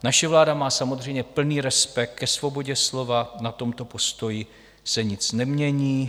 Naše vláda má samozřejmě plný respekt ke svobodě slova, na tomto postoji se nic nemění.